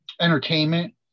entertainment